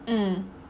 mm